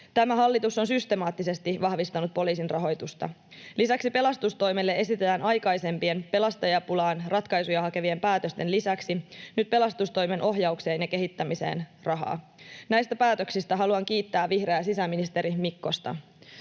Tämä hallitus on systemaattisesti vahvistanut poliisin rahoitusta. Lisäksi pelastustoimelle esitetään aikaisempien, pelastajapulaan ratkaisuja hakevien päätösten lisäksi nyt pelastustoimen ohjaukseen ja kehittämiseen rahaa. Näistä päätöksistä haluan kiittää vihreää sisäministeri Mikkosta.